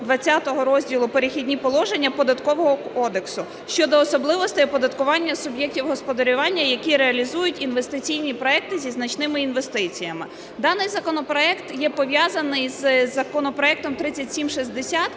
до ХХ розділу "Перехідні положення" Податкового кодексу щодо особливостей оподаткування суб'єктів господарювання, які реалізують інвестиційні проекти зі значними інвестиціями. Даний законопроект є пов'язаний із законопроект 3760,